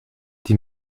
die